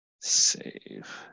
save